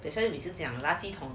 that's why 只讲了垃圾桶